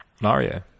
Mario